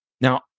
Now